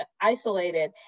isolated